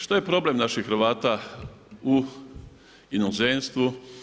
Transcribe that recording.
Što je problem naših Hrvata u inozemstvu?